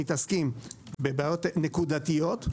אנו מתעסקים בבעיות נקודתיות,